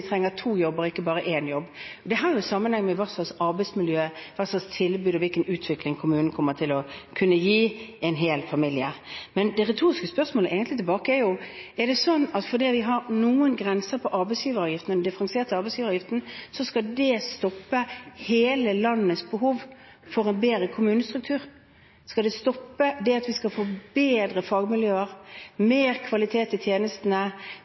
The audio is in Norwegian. trenger to jobber, ikke bare én jobb. Dette har sammenheng med hva slags arbeidsmiljø, hva slags tilbud og hvilken utvikling kommunen kan gi en hel familie. Men det retoriske spørsmålet tilbake er egentlig: Er det sånn at fordi vi har noen grenser for den differensierte arbeidsgiveravgiften, så skal det stoppe hele landets behov for en bedre kommunestruktur? Skal det stoppe det at vi skal få bedre fagmiljøer, mer kvalitet i tjenestene,